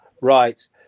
Right